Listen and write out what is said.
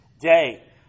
day